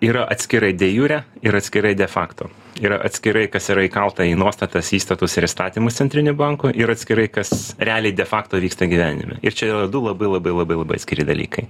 yra atskirai d ejure ir atskirai de fakto yra atskirai kas yra įkalta į nuostatas įstatus ir įstatymus centrinių bankų ir atskirai kas realiai de fakto vyksta gyvenime ir čia yra du labai labai labai labai atskiri dalykai